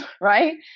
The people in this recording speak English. right